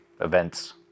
Events